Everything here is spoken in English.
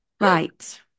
Right